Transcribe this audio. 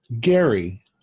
Gary